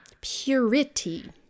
Purity